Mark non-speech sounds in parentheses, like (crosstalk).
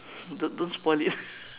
don't don't spoil it (laughs)